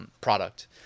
product